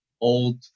old